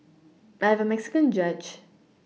I have a Mexican judge